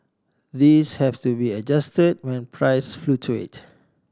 these have to be adjust when price fluctuate